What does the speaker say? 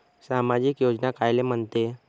सामाजिक योजना कायले म्हंते?